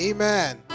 Amen